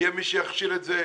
יהיה מי שיכשיל את זה.